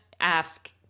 ask